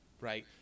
right